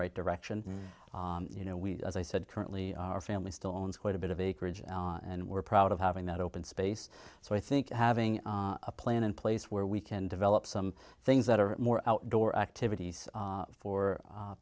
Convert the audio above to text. right direction you know we as i said currently our family still owns quite a bit of acreage and we're proud of having that open space so i think having a plan in place where we can develop some things that are more outdoor